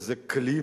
וזה כלי